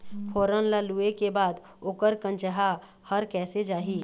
फोरन ला लुए के बाद ओकर कंनचा हर कैसे जाही?